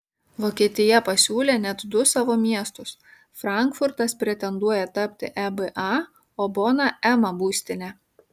vokietija pasiūlė net du savo miestus frankfurtas pretenduoja tapti eba o bona ema būstine